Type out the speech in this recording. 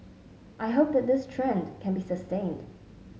I hope that this trend can be sustained